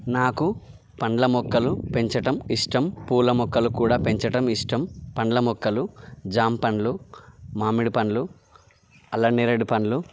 నాకు పండ్ల మొక్కలు పెంచటం ఇష్టం పూల మొక్కలు కూడా పెంచటం ఇష్టం పండ్ల మొక్కలు జాంపండ్లు మామిడి పండ్లు అల్లనేరేడు పండ్లు